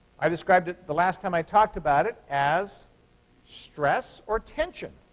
i described it the last time i talked about it as stress or tension.